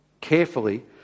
carefully